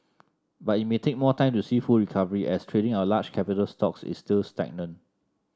but it may take more time to see full recovery as trading of large capital stocks is still stagnant